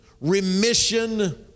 remission